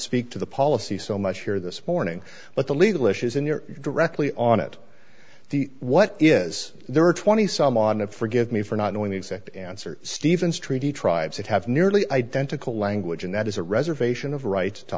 speak to the policy so much here this morning but the legal issues in your directly on it the what is there are twenty some odd and forgive me for not knowing the exact answer stevens treaty tribes that have nearly identical language and that is a reservation of right to